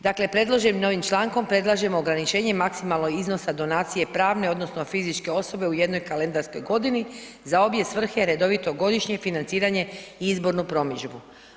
Dakle, predloženim novim člankom predlažemo ograničenje maksimalno iznosa donacije pravne odnosno fizičke osobe u jednoj kalendarskoj godini za obje svrhe redovito godišnje financiranje i izbornu promidžbu.